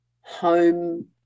home